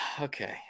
Okay